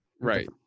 Right